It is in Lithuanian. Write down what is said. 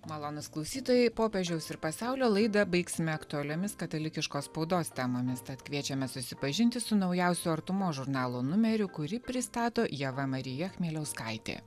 malonūs klausytojai popiežiaus ir pasaulio laidą baigsime aktualiomis katalikiškos spaudos temomis tad kviečiame susipažinti su naujausiu artumos žurnalo numeriu kurį pristato ieva marija chmieliauskaitė